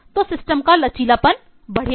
तो सिस्टम का लचीलापन बढ़ेगा